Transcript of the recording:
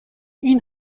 این